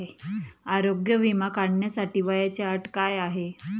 आरोग्य विमा काढण्यासाठी वयाची अट काय आहे?